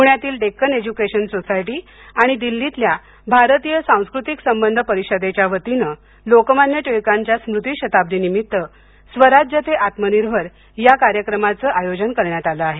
पुण्यातील Deccan education society आणि दिल्लीतल्या भारतीय सास्कृतिक संबध परिषदेच्यावतीन लोकमान्य टिळकांच्या स्मृती शताब्दीनिमित्त स्वराज्य ते आत्मनिर्भर या कार्यक्रमाचं आयोजन करण्यात आलं आहे